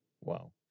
Wow